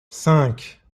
cinq